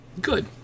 Good